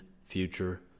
future